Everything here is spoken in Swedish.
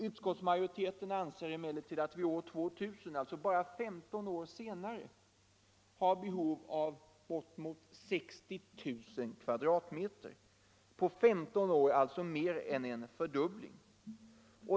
Utskottsmajoriteten anser emellertid att vi år 2000, alltså blott 15 år senare, har behov av 60 000 m”! På 15 år alltså mer än en fördubbling!